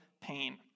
pain